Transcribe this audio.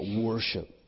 worship